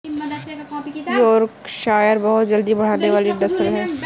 Yorkshire बहुत जल्दी बढ़ने वाली नस्ल है